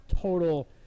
total –